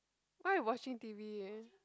why you watching t_v eh